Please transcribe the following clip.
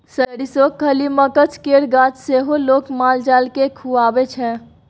सरिसोक खल्ली, मकझ केर गाछ सेहो लोक माल जाल केँ खुआबै छै